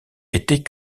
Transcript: était